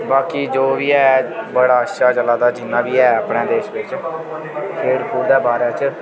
बाकी जी बी ऐ बड़ा अच्छा चला दा जिन्ना बी ऐ अपने देश बिच्च खेढ खूढ दे बारै च